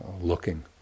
looking